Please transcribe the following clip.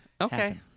okay